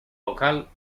local